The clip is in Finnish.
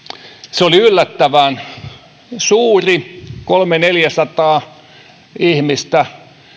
se oli yllättävän suuri kolmesataa viiva neljäsataa ihmistä